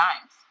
times